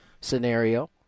scenario